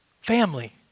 family